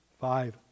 five